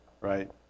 right